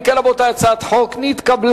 אם כן, רבותי, הצעת החוק נתקבלה.